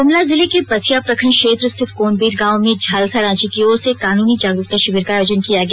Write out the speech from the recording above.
गुमला जिले के बसिया प्रखंड क्षेत्र स्थित कोनबीर गांव में झालसा रांची की ओर से कानूनी जागरूकता शिविर का आयोजन किया गया